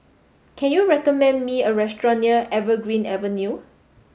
can you recommend me a restaurant near Evergreen Avenue